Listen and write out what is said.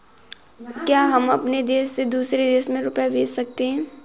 क्या हम अपने देश से दूसरे देश में रुपये भेज सकते हैं?